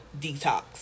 detox